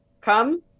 come